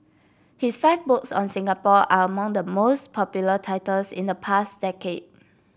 his five books on Singapore are among the most popular titles in the past decade